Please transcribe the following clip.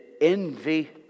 envy